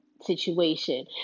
situation